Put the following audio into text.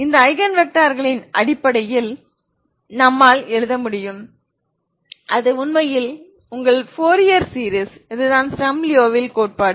இந்த ஐகன் வெக்டார்களின் அடிப்படையில் என்னால் எழுத முடியும் அது உண்மையில் உங்கள் ஃபோரியர் சீரிஸ் இதுதான் ஸ்டர்ம் லியோவில் கோட்பாடு